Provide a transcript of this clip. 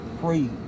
free